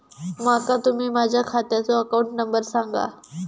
माका तुम्ही माझ्या खात्याचो अकाउंट नंबर सांगा?